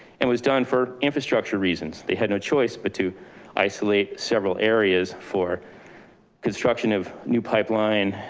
and was done for infrastructure reasons. they had no choice, but to isolate several areas for construction of new pipeline,